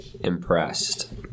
Impressed